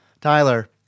Tyler